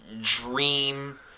dream